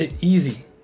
Easy